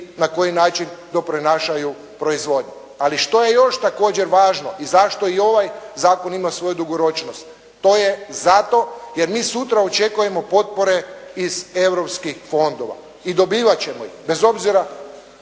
na koji način to prenašaju u proizvodnju. Ali, što je još također važno i zašto i ovaj zakon ima svoju dugoročnost? To je zato jer mi sutra očekujemo potpore iz Europskih fondova i dobivat ćemo ih, bez obzira